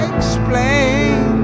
Explain